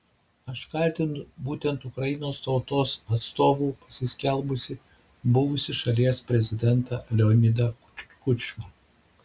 aš kaltinu būtent ukrainos tautos atstovu pasiskelbusį buvusį šalies prezidentą leonidą kučmą